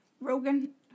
Rogan